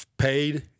Paid